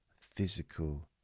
physical